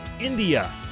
India